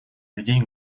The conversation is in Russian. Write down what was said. людей